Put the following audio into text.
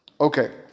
Okay